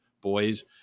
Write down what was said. boys